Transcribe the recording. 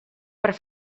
per